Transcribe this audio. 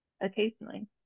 occasionally